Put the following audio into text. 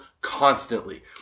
constantly